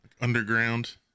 underground